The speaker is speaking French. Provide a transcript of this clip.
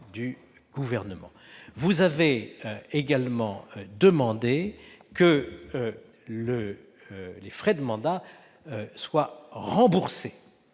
Vous avez également demandé que les frais de mandat soient remboursés